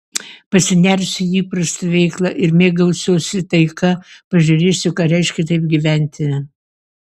pasinersiu į įprastą veiklą ir mėgausiuosi taika pažiūrėsiu ką reiškia taip gyventi